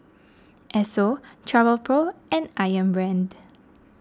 Esso Travelpro and Ayam Brand